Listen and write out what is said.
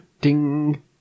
Ding